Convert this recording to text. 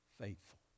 faithful